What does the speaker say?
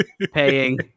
paying